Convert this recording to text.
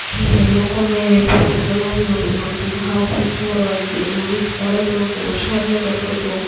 કે લોકોને પૂરતું અનાજ નોતું મળતું હાવ ભૂખમરો આવી ગ્યોતો દુષ્કાળ હતો કે વરસાદ નતો પડતો